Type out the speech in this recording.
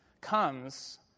comes